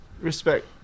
Respect